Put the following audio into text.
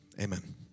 Amen